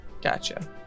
Gotcha